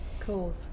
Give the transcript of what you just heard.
Cool